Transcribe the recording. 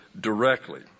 directly